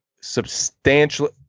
substantially